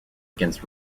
against